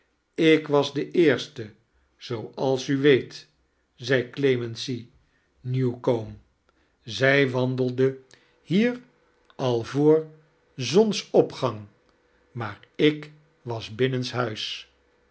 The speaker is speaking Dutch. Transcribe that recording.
ik was de eerste zooalis u weelt zei clemency newoome zij wandelde kerstvertellingen hier al voor zonsopgang maar ik was binnenshuis